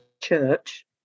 church